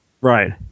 Right